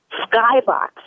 skybox